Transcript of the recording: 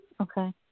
Okay